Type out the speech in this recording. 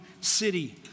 city